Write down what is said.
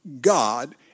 God